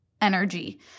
energy